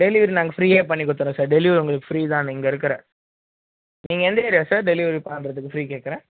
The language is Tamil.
டெலிவரி நாங்கள் ஃப்ரியாக பண்ண கொடுத்துறோம் சார் டெலிவரி உங்கள் ஃப்ரீ தான்ங்க இருக்கிற நீங்கள் எந்த ஏரியா சார் டெலிவரி பண்ணுறது ஃப்ரீ கேட்குறேன்